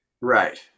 right